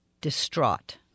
Distraught